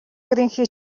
ерөнхий